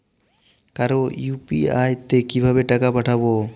কারো ইউ.পি.আই তে কিভাবে টাকা পাঠাবো?